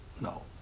No